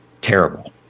terrible